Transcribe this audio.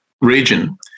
Region